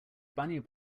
bunny